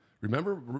Remember